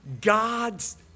God's